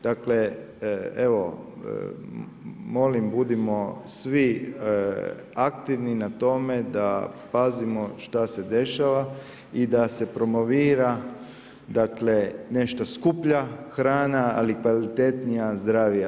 Dakle, evo, molim budimo svi aktivni na tome, da pazimo šta se dešava i da se promovira dakle, nešto skuplja hrana, ali kvalitetnija, zdravija.